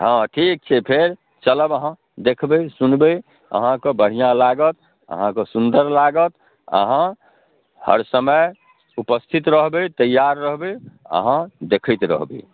हँ ठीक छै फेर चलब अहाँ देखबै सुनबै अहाँके बढ़िआँ लागत अहाँके सुन्दर लागत अहाँ हर समय उपस्थित रहबै तैआर रहबै अहाँ देखैत रहबै